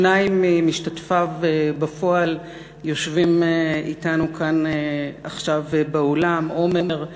שניים ממשתתפיו בפועל יושבים אתנו כאן עכשיו באולם: עמר,